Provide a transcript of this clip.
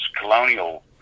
colonial